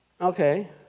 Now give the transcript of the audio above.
Okay